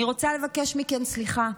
אני רוצה לבקש מכן סליחה.